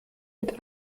mit